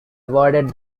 awarded